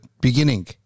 beginning